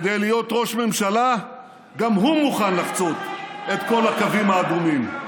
כדי להיות ראש ממשלה גם הוא מוכן לחצות את כל הקווים האדומים.